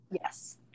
yes